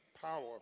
Power